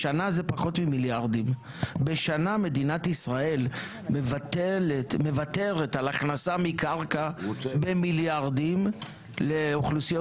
בשנה מדינת ישראל מוותרת על הכנסה מקרקע במיליארדים לאוכלוסיות